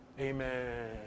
Amen